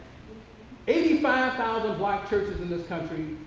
eighty five thousand black churches in this country,